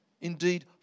Indeed